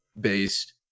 based